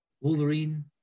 wolverine